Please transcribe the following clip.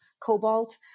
cobalt